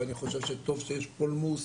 ואני חושב שטוב שיש פולמוס,